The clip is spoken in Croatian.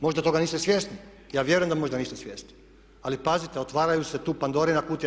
Možda toga niste svjesni, ja vjerujem da možda niste svjesni ali pazite otvara se tu Pandorina kutija.